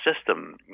system